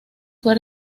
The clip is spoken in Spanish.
fue